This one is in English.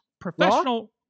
Professional